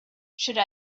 should